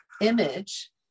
image